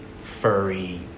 furry